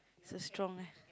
so strong ah